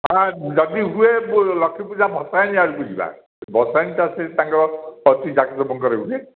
ହଁ ଯଦି ହୁଏ ମୁଁ ଲକ୍ଷ୍ମୀ ପୂଜା ଭଷାଣି ଆଡ଼କୁ ଯିବା ଭଷାଣି ଟା ସେ ତାଙ୍କ ଅତି ଜାକ ଜମକରେ ହୁଏ